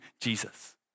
Jesus